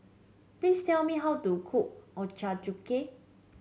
please tell me how to cook Ochazuke